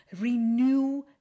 renew